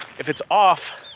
if it's off,